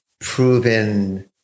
proven